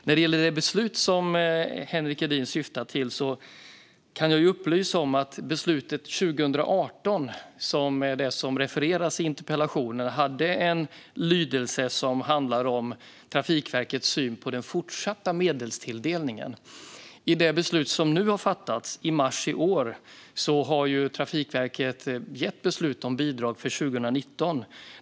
När det gäller det beslut som Henrik Edin syftar på kan jag upplysa om att det beslut från 2018 som det refereras till i interpellationen hade en lydelse som handlar om Trafikverkets syn på den fortsatta medelstilldelningen. I och med det beslut som fattades i mars i år har Trafikverket beslutat om bidrag för 2019.